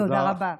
תודה רבה.